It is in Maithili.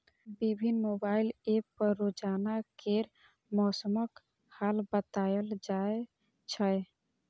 विभिन्न मोबाइल एप पर रोजाना केर मौसमक हाल बताएल जाए छै